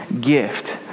gift